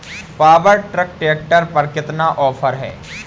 Power track tractor पर कितना offer है?